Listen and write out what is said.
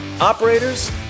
operators